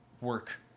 work